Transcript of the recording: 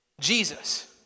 Jesus